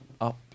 up